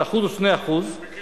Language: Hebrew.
של 1% או 2% בקיצור,